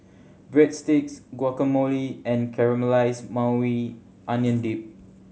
Breadsticks Guacamole and Caramelized Maui Onion Dip